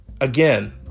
Again